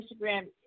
Instagram